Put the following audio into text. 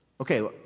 Okay